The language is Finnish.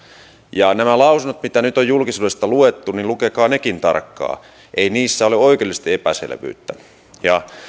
epäselvää nämä lausunnot mitä nyt on julkisuudesta luettu lukekaa nekin tarkkaan ei niissä ole oikeudellisesti epäselvyyttä